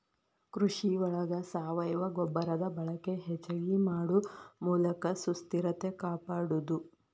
ಕೃಷಿ ಒಳಗ ಸಾವಯುವ ಗೊಬ್ಬರದ ಬಳಕೆ ಹೆಚಗಿ ಮಾಡು ಮೂಲಕ ಸುಸ್ಥಿರತೆ ಕಾಪಾಡುದು